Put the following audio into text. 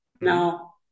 Now